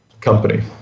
company